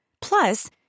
Plus